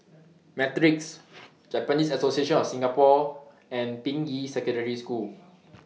Matrix Japanese Association of Singapore and Ping Yi Secondary School